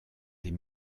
des